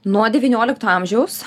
nuo devyniolikto amžiaus